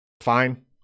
fine